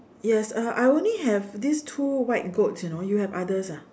yes uh I only have this two white goats you know you have others ah